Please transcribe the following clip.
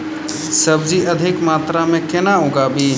सब्जी अधिक मात्रा मे केना उगाबी?